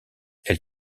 elle